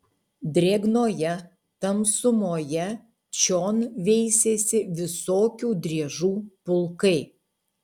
drėgnoje tamsumoje čion veisėsi visokių driežų pulkai